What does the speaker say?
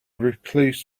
recluse